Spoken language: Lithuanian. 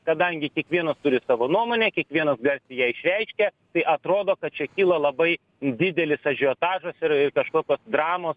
kadangi kiekvienas turi savo nuomonę kiekvienas garsiai ją išreiškia tai atrodo kad čia kyla labai didelis ažiotažas ir ir kažkokios dramos